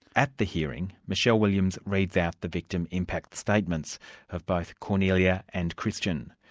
at the hearing, michele williams reads out the victim impact statements of both kornelia and christian.